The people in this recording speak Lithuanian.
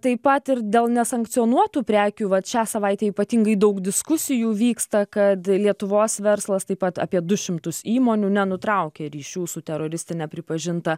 taip pat ir dėl nesankcionuotų prekių vat šią savaitę ypatingai daug diskusijų vyksta kad lietuvos verslas taip pat apie du šimtus įmonių nenutraukė ryšių su teroristine pripažinta